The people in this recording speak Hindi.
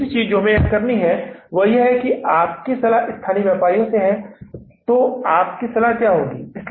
और दूसरी चीज़ जो हमें करनी है वह यह है कि अगर आपकी सलाह स्थानीय व्यापारी से है तो आपकी सलाह क्या होगी